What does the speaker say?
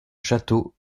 château